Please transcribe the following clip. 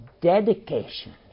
dedication